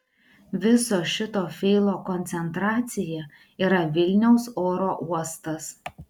viso šito feilo koncentracija yra vilniaus oro uostas